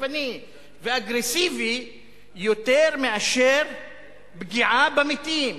תוקפני ואגרסיבי יותר מאשר פגיעה במתים,